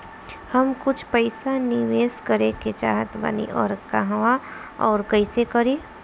हम कुछ पइसा निवेश करे के चाहत बानी और कहाँअउर कइसे करी?